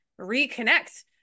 reconnect